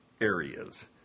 areas